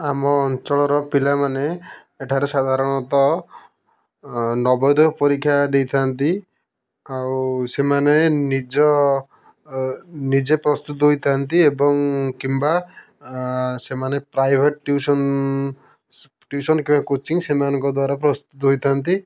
ଆମ ଅଞ୍ଚଳର ପିଲାମାନେ ଏଠାରେ ସାଧାରଣତଃ ନବୋଦୟ ପରୀକ୍ଷା ଦେଇଥାନ୍ତି ଆଉ ସେମାନେ ନିଜ ନିଜେ ପ୍ରସ୍ତୁତ ହୋଇଥାନ୍ତି ଏବଂ କିମ୍ବା ସେମାନେ ପ୍ରାଇଭେଟ୍ ଟ୍ୟୁସନ୍ ଟ୍ୟୁସନ୍ କିମ୍ବା କୋଚିଙ୍ଗ୍ ସେମାନଙ୍କ ଦ୍ଵାରା ପ୍ରସ୍ତୁତ ହୋଇଥାନ୍ତି